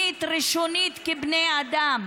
קיומית, ראשונית, כבני אדם.